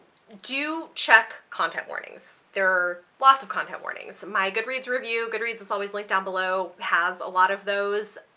do check content warnings there are lots of content warnings. my goodreads review, goodreads is always linked down below, has a lot of those.